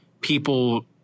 people